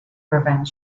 prevent